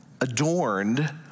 adorned